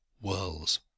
Whirls